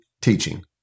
teaching